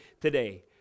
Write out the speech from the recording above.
today